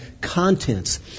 contents